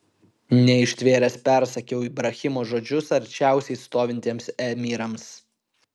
neištvėręs persakiau ibrahimo žodžius arčiausiai stovintiems emyrams